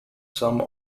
some